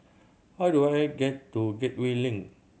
how do I get to Gateway Link